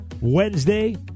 Wednesday